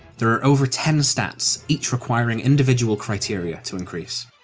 there are over ten stats, each requiring individual criteria to increase.